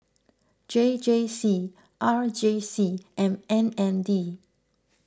J J C R J C and M N D